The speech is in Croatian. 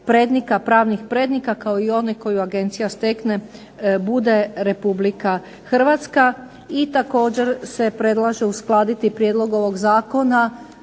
pravnih prednika kao i one koju Agencija stekne bude Republika Hrvatska. I također se predlaže uskladiti Prijedlog ovog zakona